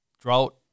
drought